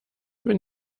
wenn